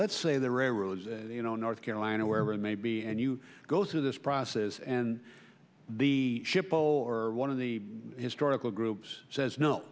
let's say the railroads you know north carolina wherever it may be and you go through this process and the ship zero or one of the historical groups says no